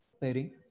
pairing